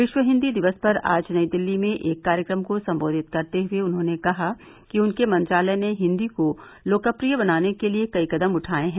विश्व हिन्दी दिवस पर आज नई दिल्ली में एक कार्यक्रम को सम्बोधित करते हुए उन्होंने कहा कि उनके मंत्रालय ने हिन्दी को लोकप्रिय बनाने के लिए कई कदम उठाये हैं